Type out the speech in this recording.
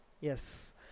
yes